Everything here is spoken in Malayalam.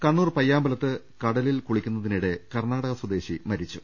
കണ്ണൂർ പയ്യാമ്പലത്ത് കടലിൽ കുളിക്കുന്നതിനിടെ കർണാടക സ്വദേശി മരിച്ചു